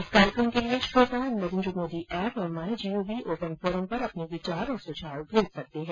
इस कार्यक्रम के लिए श्रोता नरेन्द्र मोदी एप और माई जीओवी ओपन फोरम पर अपने विचार और सुझाव भेज सकते हैं